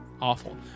Awful